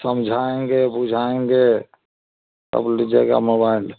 समझाएँगे बुझाएँगे तब लीजिएगा मोबाइल